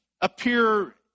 appear